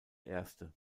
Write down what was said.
erste